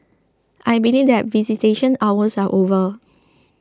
I believe that visitation hours are over